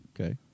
Okay